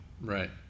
Right